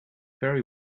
very